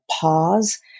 pause